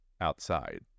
outside